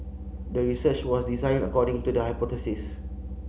the research was designed according to the hypothesis